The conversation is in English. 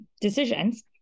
decisions